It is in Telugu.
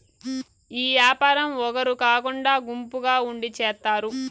ఈ యాపారం ఒగరు కాకుండా గుంపుగా ఉండి చేత్తారు